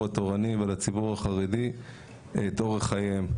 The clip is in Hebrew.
התורני ועל הציבור החרדי את אורח חייהם.